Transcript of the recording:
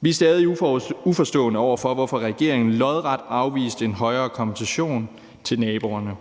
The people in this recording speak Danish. Vi er stadig uforstående over for, hvorfor regeringen lodret afviste en højere kompensation til naboerne.